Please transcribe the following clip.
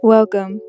Welcome